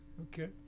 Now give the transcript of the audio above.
Okay